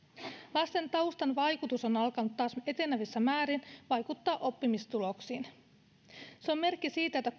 lasten taustan vaikutus on alkanut taas etenevissä määrin vaikuttaa oppimistuloksiin se on merkki siitä että